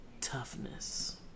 toughness